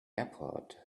airport